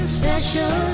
special